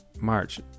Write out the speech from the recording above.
March